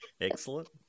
Excellent